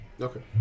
Okay